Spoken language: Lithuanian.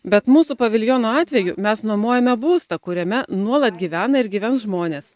bet mūsų paviljono atveju mes nuomojame būstą kuriame nuolat gyvena ir gyvens žmonės